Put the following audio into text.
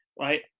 right